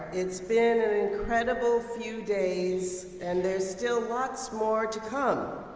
it's been an incredible few days, and there's still lots more to come.